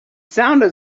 sounded